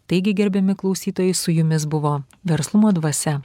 taigi gerbiami klausytojai su jumis buvo verslumo dvasia